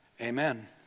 Amen